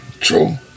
True